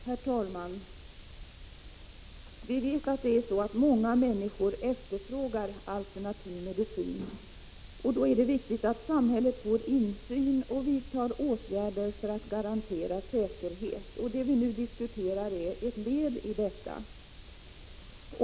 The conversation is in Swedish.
Herr talman! Vi vet att det är så att många människor efterfrågar alternativ medicin, och då är det viktigt att samhället får insyn och vidtar åtgärder för att garantera säkerheten. Det vi nu diskuterar är ett led i detta.